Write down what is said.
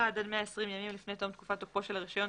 עד 130 ימים לפני תום תקופת תוקפו של הרישיון,